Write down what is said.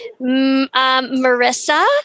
Marissa